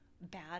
bad